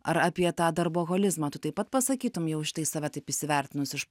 ar apie tą darboholizmą tu taip pat pasakytum jau štai save taip įsivertinus iš